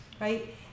right